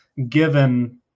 Given